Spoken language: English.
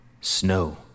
Snow